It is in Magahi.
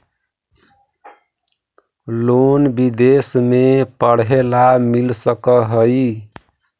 लोन विदेश में पढ़ेला मिल सक हइ?